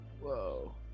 Whoa